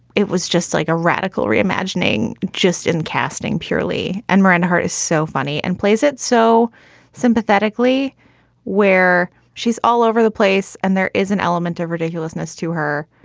it was just like a radical re-imagining, just in casting purely. and mirren her is so funny and plays it so sympathetically where she's all over the place and there is an element of ridiculousness to her.